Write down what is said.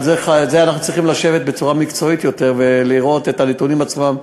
ועל זה אנחנו צריכים לשבת בצורה מקצועית יותר ולראות את הנתונים עצמם,